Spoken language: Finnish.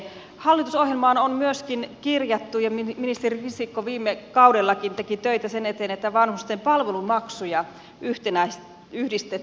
hallitusohjelmaan on myöskin kirjattu ja ministeri risikko viime kaudellakin teki töitä sen eteen että vanhusten palvelumaksuja yhdistettäisiin